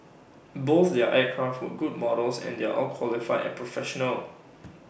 both their aircraft were good models and they're all qualified and professional